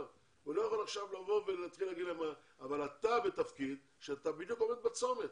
אבל אתה בתפקיד כזה שאתה בדיוק עומד בצומת.